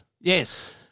Yes